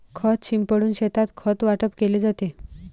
खत शिंपडून शेतात खत वाटप केले जाते